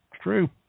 true